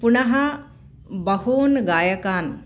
पुनः बहून् गायकान्